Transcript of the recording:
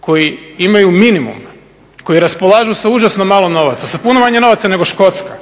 koji imaju minimum, koji raspolažu sa užasno malo novaca, sa puno manje novaca nego Škotska,